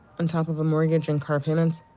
on top of a mortgage and car payments,